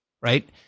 right